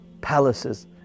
palaces